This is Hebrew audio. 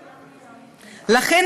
לכן,